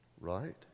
right